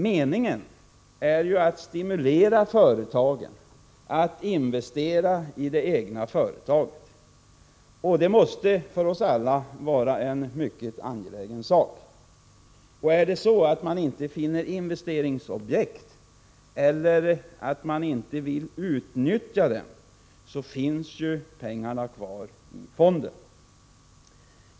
Meningen är ju att stimulera företag att investera i det egna företaget, och det måste för oss alla vara en mycket angelägen sak. Och är det så att man inte finner investeringsobjekt eller inte vill utnyttja dem, så finns pengarna kvar i fonden.